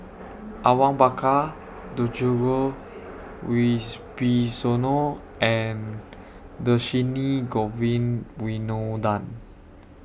Awang Bakar Djoko Wibisono and Dhershini Govin Winodan